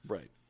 Right